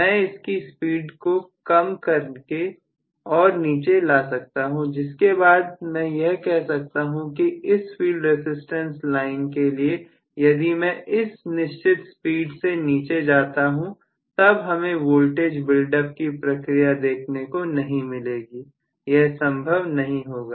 मैं इसकी स्पीड को कम करके और नीचे ला सकता हूं जिसके बाद मैं यह कह सकता हूं कि इस फील्ड रसिस्टेंस लाइन के लिए यदि मैं इस निश्चित स्पीड से नीचे जाता हूं तब हमें वोल्टेज बिल्डअप की प्रक्रिया देखने को नहीं मिलेगी यह संभव नहीं होगा